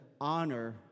honor